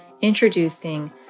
introducing